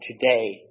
today